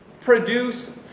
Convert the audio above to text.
produce